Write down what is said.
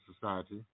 Society